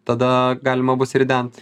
tada galima bus rident